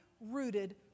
rooted